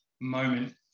moment